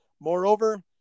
moreover